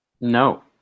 No